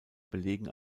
belegen